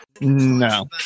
no